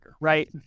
right